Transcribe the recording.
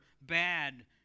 bad